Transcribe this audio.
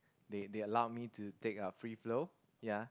they they allowed me to take a free flow ya